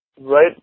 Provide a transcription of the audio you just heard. right